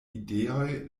ideoj